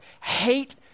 hate